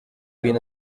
been